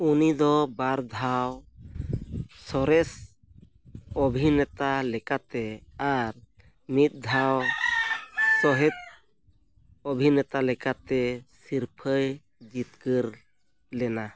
ᱩᱱᱤ ᱫᱚ ᱵᱟᱨ ᱫᱷᱟᱣ ᱥᱚᱨᱮᱥ ᱚᱵᱷᱤᱱᱮᱛᱟ ᱞᱮᱠᱟᱛᱮ ᱟᱨ ᱢᱤᱫ ᱫᱷᱟᱣ ᱥᱚᱦᱮᱫ ᱚᱵᱷᱤᱱᱮᱛᱟ ᱞᱮᱠᱟᱛᱮ ᱥᱤᱨᱯᱟᱹᱭ ᱡᱤᱛᱠᱟᱹᱨ ᱞᱮᱱᱟ